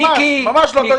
ממש לא.